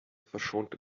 verschonte